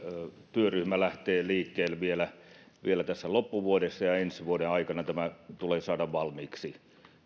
työryhmä lähtee liikkeelle vielä vielä tässä loppuvuodesta ja ensi vuoden aikana tämä tulee saada valmiiksi